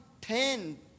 ten